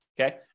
Okay